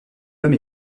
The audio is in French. homme